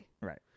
Right